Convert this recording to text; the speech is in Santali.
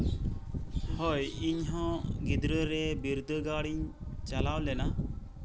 ᱦᱳᱭ ᱤᱧ ᱦᱚᱸ ᱜᱤᱫᱽᱨᱟᱹ ᱨᱮ ᱵᱤᱨᱫᱟᱹᱜᱟᱲ ᱤᱧ ᱪᱟᱞᱟᱣ ᱞᱮᱱᱟ